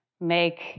make